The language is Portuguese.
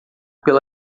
pela